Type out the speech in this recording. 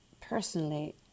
personally